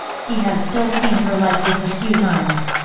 he had still seen her like this a few times.